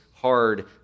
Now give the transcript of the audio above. hard